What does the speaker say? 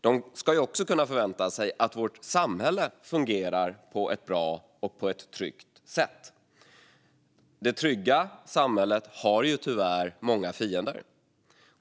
De ska också kunna förvänta sig att vårt samhälle fungerar på ett bra och tryggt sätt. Det trygga samhället har ju tyvärr många fiender.